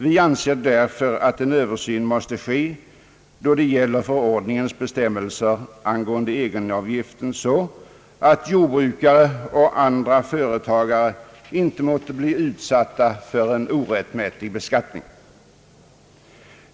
Vi anser därför att en översyn måste ske då det gäller förordningens bestämmelser om egenavgiften så att jordbrukare och andra företagare inte måtte bli utsatta för en orättmätig beskattning.